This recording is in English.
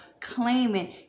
claiming